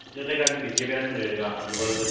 ഇന്നത്തെ കാലത്ത് വിദ്യാഭ്യാസം നേടുക അതുപോലെ തന്നെ